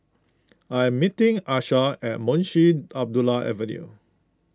I am meeting Asa at Munshi Abdullah Avenue